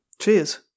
Cheers